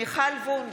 מיכל וונש,